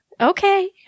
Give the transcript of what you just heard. Okay